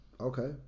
Okay